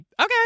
okay